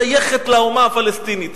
שייכת לאומה הפלסטינית.